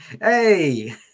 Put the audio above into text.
Hey